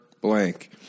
blank